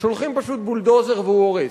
שולחים פשוט בולדוזר והוא הורס.